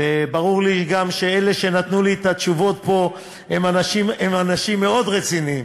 וברור לי גם שאלה שנתנו לי את התשובות פה הם אנשים מאוד רציניים.